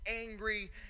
angry